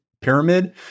pyramid